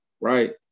right